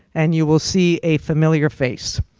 and you will see a familiar face.